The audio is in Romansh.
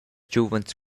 giuvens